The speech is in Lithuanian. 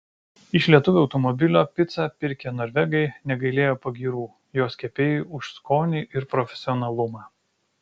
iš lietuvio automobilio picą pirkę norvegai negailėjo pagyrų jos kepėjui už skonį ir profesionalumą